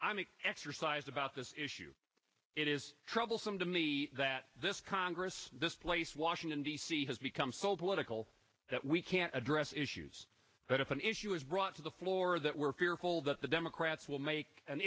exercised about this issue it is troublesome to me that this congress this place washington d c has become so political that we can't address issues that it's an issue is brought to the floor that we're fearful that the democrats will make an